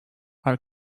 our